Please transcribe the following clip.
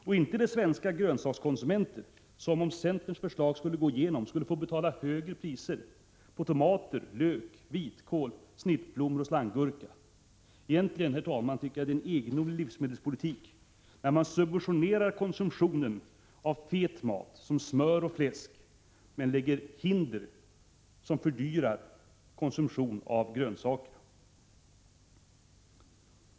Och inte är det de svenska grönsakskonsumenterna, som om centerns förslag skulle gå igenom skulle få betala högre priser på tomater, lök, vitkål, snittblommor och slanggurka! Egentligen tycker jag, herr talman, att det är en egendomlig livsmedelspolitik, när man subventionerar konsumtionen av fet mat som smör och fläsk men lägger ut handelshinder som fördyrar konsumtionen av grönsaker.